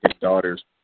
daughter's